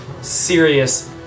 serious